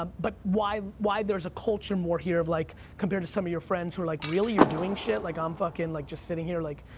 um but why why there's a culture more here of like, compared to some of your friends who are like, really, you're doing shit? like, i'm fuckin', like just sitting here, like,